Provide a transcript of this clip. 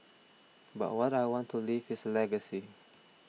but what I want to leave is a legacy